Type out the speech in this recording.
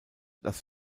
das